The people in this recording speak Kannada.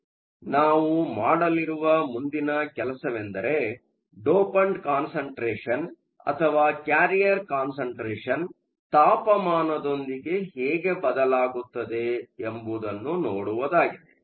ಆದ್ದರಿಂದ ನಾವು ಮಾಡಲಿರುವ ಮುಂದಿನ ಕೆಲಸವೆಂದರೆ ಡೋಪಂಟ್ ಕಾನ್ಸಂಟ್ರೇಷನ್ ಅಥವಾ ಕ್ಯಾರಿಯರ್ ಕಾನ್ಸಂಟ್ರೇಷನ್ ತಾಪಮಾನದೊಂದಿಗೆ ಹೇಗೆ ಬದಲಾಗುತ್ತದೆ ಎಂಬುದನ್ನು ನೋಡುವುದಾಗಿದೆ